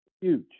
huge